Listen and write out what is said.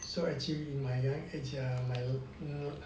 so actually in my age ah